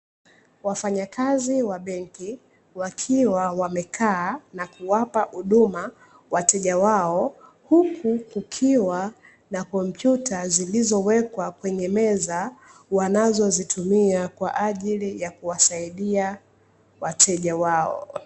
Wafanyakazi wa benki wakiwa wamekaa na kuwapa huduma wateja wao, huku kukiwa na kompyuta zilizowekwa kwenye meza, wanazozitumia kwa ajili ya kuwasaidia wateja wao.